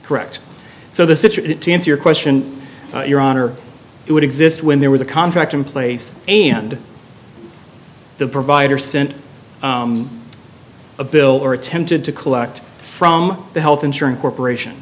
correct so the situation to answer your question your honor it would exist when there was a contract in place and the provider sent a bill or attempted to collect from the health insurance corporation